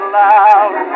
loud